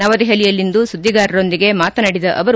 ನವದೆಪಲಿಯಲ್ಲಿಂದು ಸುದ್ದಿಗಾರರೊಂದಿಗೆ ಮಾತನಾಡಿದ ಅವರು